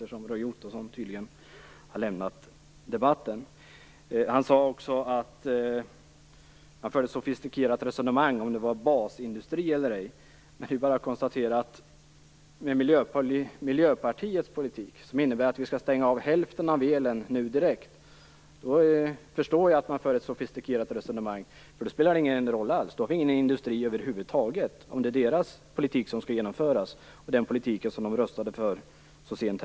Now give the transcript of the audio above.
Roy Ottosson har tydligen lämnat kammaren. Roy Ottosson förde ett sofistikerat resonemang om huruvida det gällde basindustri eller ej. Jag kan bara konstatera att med Miljöpartiets politik - att vi skall stänga av hälften av elen nu direkt - måste man föra ett sofistikerat resonemang. Då spelar det liksom ingen roll. Om Miljöpartiets politik, en politik som man röstade för så sent som förra året, skall genomföras har vi ju ingen industri över huvud taget.